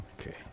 Okay